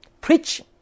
preach